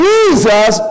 Jesus